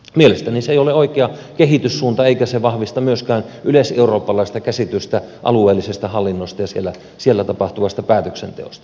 mielestäni se ei ole oikea kehityssuunta eikä se vahvista myöskään yleiseurooppalaista käsitystä alueellista hallinnosta ja siellä tapahtuvasta päätöksenteosta